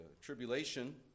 tribulation